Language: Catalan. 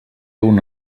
una